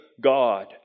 God